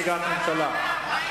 הממשלה.